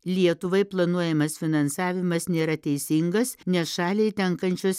lietuvai planuojamas finansavimas nėra teisingas nes šaliai tenkančios